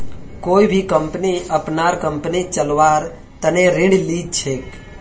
कोई भी कम्पनी अपनार कम्पनी चलव्वार तने ऋण ली छेक